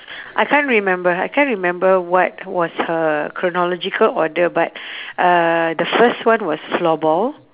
I can't remember I can't remember what was her chronological order but uh the first one was floorball